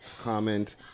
comment